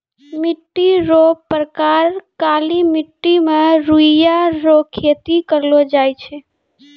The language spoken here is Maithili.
मिट्टी रो प्रकार काली मट्टी मे रुइया रो खेती करलो जाय छै